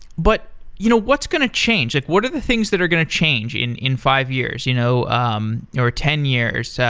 but you know what's going to change? like what are the things that are going to change in in five years, you know um or ten years? so